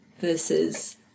versus